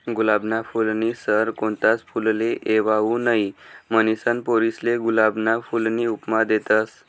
गुलाबना फूलनी सर कोणताच फुलले येवाऊ नहीं, म्हनीसन पोरीसले गुलाबना फूलनी उपमा देतस